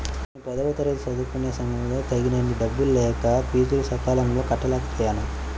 నేను పదవ తరగతి చదువుకునే సమయంలో తగినన్ని డబ్బులు లేక ఫీజులు సకాలంలో కట్టలేకపోయాను